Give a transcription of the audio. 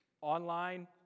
Online